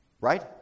right